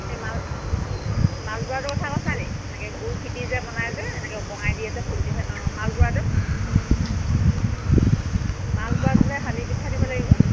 মাল মালপোৰাটোৰ কথা কথা কৈছা নি এনেকে গুৰ ফিটি যে বনাই যে এনেকে অপঙাই দিয়ে যে পিঠা দিব লাগিব